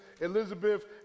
Elizabeth